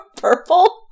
purple